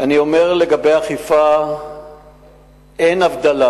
אני אומר, לגבי אכיפה אין הבדלה,